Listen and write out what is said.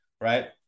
Right